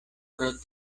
pro